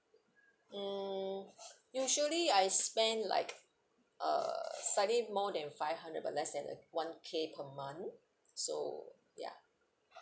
mm usually I spend like uh slightly more than five hundred but less than uh one K per month so ya